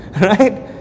Right